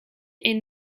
est